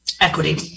equity